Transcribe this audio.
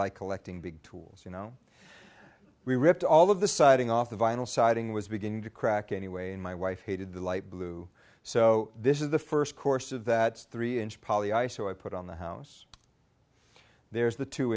like collecting big tools you know we ripped all of the siding off the vinyl siding was beginning to crack anyway and my wife hated the light blue so this is the first course of that three inch poly iso i put on the house there's the two